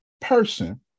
person